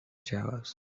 jewels